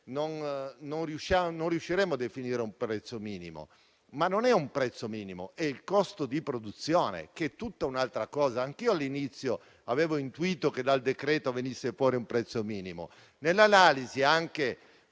non riusciremo a definire un prezzo minimo. Ma non è un prezzo minimo, è il costo di produzione, che è tutta un'altra cosa. Anch'io all'inizio avevo intuito che dal provvedimento venisse fuori un prezzo minimo, ma, dall'analisi che